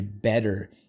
better